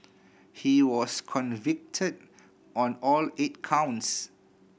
he was convicted on all eight counts